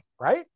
right